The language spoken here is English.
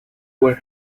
were